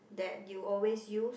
that you always use